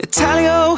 Italio